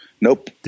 Nope